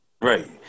Right